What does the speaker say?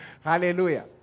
hallelujah